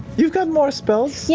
you've got more spells. yeah